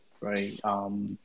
right